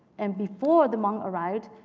and before the hmong arrived,